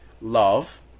love